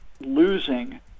losing